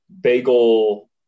bagel